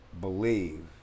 believe